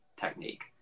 technique